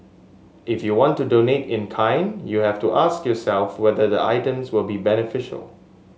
if you want to donate in kind you have to ask yourself whether the items will be beneficial